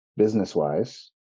business-wise